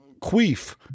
queef